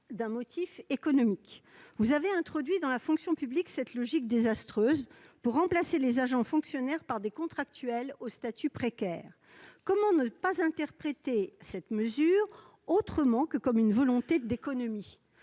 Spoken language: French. d'un motif économique. Vous avez introduit dans la fonction publique cette logique désastreuse pour remplacer les agents fonctionnaires par des contractuels au statut précaire. Comment ne pas interpréter cette mesure autrement que comme une volonté d'économies ?